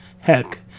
Heck